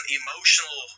emotional